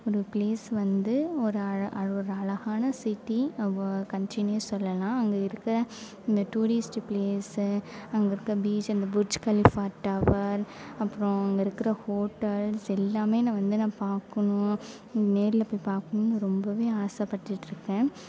ஒரு பிளேஸ் வந்து ஒரு அழகான சிட்டி ஒரு கன்ட்ரின்னே சொல்லலாம் அங்கே இருக்கிற அந்த டூரிஸ்ட் பிளேஸு அங்கே இருக்கிற பீச்சு அங்கே இருக்கிற புச்கலிஃப்பா டவர் அப்பறம் அங்கே இருக்கிற ஹோட்டல்ஸ் எல்லாம் நான் வந்து நான் பார்க்கணும் நேரில் போய் பாக்கணும்னு ரொம்ப ஆசை பட்டுகிட்டு இருக்கேன்